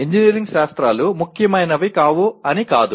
engineering శాస్త్రాలు ముఖ్యమైనవి కావు అనికాదు